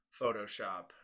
Photoshop